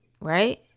right